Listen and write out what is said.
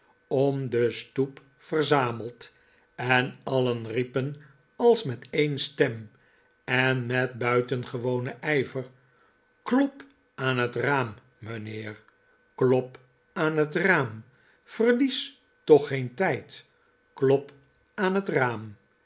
om de stoep verzameld en alien riepen als met een stem en met buitengewonen ijver klop aan het raam mijnheer klop aan het raam verlies toch geen tijd klop aan het raam